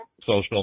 social